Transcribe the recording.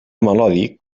melòdic